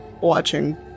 watching